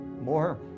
more